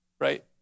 right